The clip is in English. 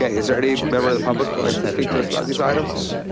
ah is there any member of the public like to speak to us about these items?